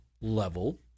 level